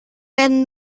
werden